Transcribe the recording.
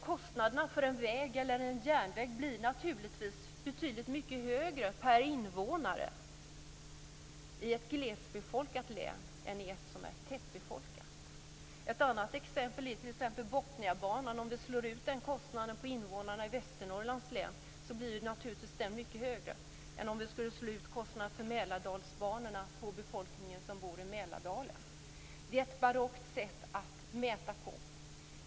Kostnaderna för en väg eller järnväg blir betydligt mycket högre per invånare i ett glesbefolkat län än i ett tätbefolkat län. Ett annat exempel är t.ex. Botniabanan. Kostnaderna för den per invånare i Västenorrlands län blir naturligtvis mycket högre än för kostnaderna för Mälardalsbanorna utslagna på befolkningen i Mälardalen. Det är ett barockt sätt att mäta på.